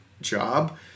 job